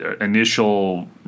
initial